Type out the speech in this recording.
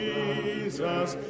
Jesus